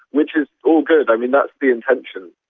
which is all good. i mean, that's the intention.